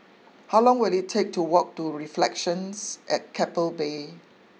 how long will it take to walk to Reflections at Keppel Bay